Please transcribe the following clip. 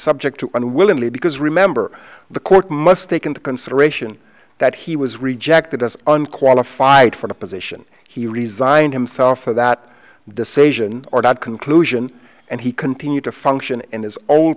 subject to unwillingly because remember the court must take into consideration that he was rejected as unqualified for the position he resigned himself of that decision or that conclusion and he continued to function in his o